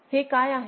हे काय आहे